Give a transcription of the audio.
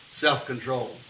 self-control